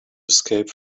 escape